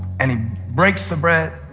and breaks the bread.